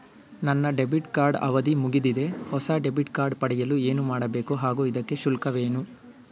ನನ್ನ debit card ಅವಧಿ ಮುಗಿದಿದೆ ಹೊಸ ಡೆಬಿಟ್ ಕಾರ್ಡ್ ಪಡೆಯಲು ಏನು ಮಾಡಬೇಕು ಹಾಗೂ ಇದಕ್ಕೆ ಶುಲ್ಕವೇನು?